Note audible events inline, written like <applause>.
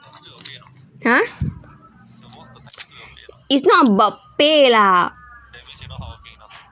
<noise> !huh! <noise> it's not about pay lah